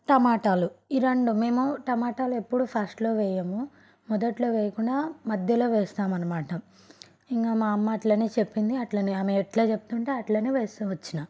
టమాటాలు ఈ రెండు మేము టమాటాలు ఎప్పుడు ఫస్ట్లోవేయము మొదట్లో వేయకుండా మధ్యలో వేస్తామన్నమాట ఇంక మా అమ్మ అట్లనే చెప్పింది అట్లనే ఆమె ఎట్లా చెప్తుంటే అట్లనే వేస్తు వచ్చినా